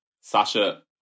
Sasha